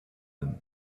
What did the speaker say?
them